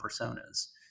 personas